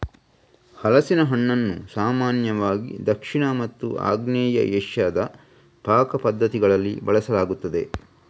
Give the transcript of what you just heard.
ಹಲಸಿನ ಹಣ್ಣನ್ನು ಸಾಮಾನ್ಯವಾಗಿ ದಕ್ಷಿಣ ಮತ್ತು ಆಗ್ನೇಯ ಏಷ್ಯಾದ ಪಾಕ ಪದ್ಧತಿಗಳಲ್ಲಿ ಬಳಸಲಾಗುತ್ತದೆ